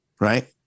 Right